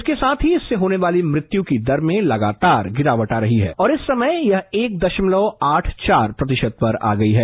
इसके साथ ही महामारी से होने वाली मृत्यु की दर में लगातार गिरावट आ रही है और इस समय यह एक दशमलव आठ चार प्रतिशत पर आ गई है